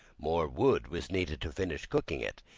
more wood was needed to finish cooking it.